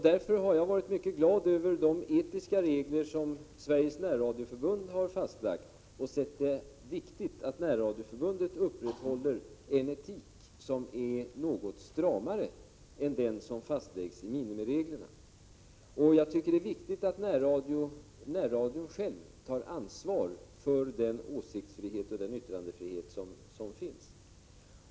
Därför har jag varit mycket glad över de etiska regler som Sveriges närradioförbund har fastlagt och sett det viktigt att Närradioförbundet upprätthåller en etik som är något stramare än den som fastläggs i minimireglerna. Jag tycker det är viktigt att närradion själv tar ansvar för den åsiktsoch yttrandefrihet som finns.